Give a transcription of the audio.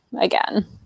again